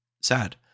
sad